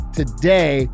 today